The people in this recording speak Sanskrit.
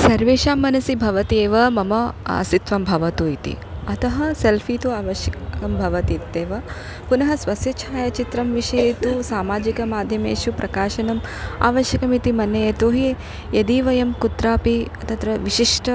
सर्वेषां मनसि भवति एव मम आसित्त्वं भवतु इति अतः सेल्फ़ी तु आवश्यकं भवति इत्येव पुनः स्वस्य छायाचित्रं विषये तु सामाजिकमाध्यमेषु प्रकाशनम् आवश्यकम् इति मन्ये यतो हि यदि वयं कुत्रापि तत्र विशिष्ट